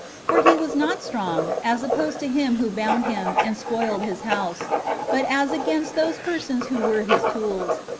for he was not strong, as opposed to him who bound him, and spoiled his house but as against those persons who were his tools,